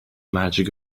magic